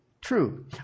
true